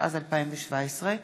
התשע"ז 2017,